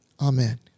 Amen